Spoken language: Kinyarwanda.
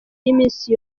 y’iminsi